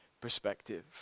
perspective